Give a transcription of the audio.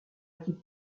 qui